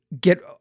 get